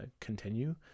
continue